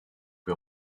que